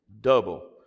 double